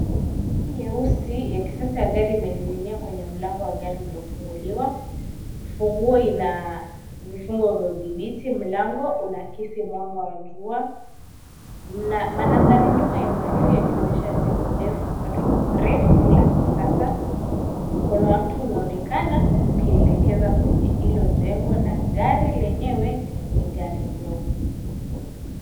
Ufunguo nyeusi ya kisasa ya gari imening'inia kwenye mlango wa gari uliofunguliwa. Funguo ina vifungo vya udhibiti. Mlango unaakisi mwanga wa jua. Mandhari nyuma yamefifia yakionyesha jengo refu la kisasa. Mkono wa mtu unaonekana ukielekeza kwenye hilo jengo na gari lenyewe ni gari jeupe.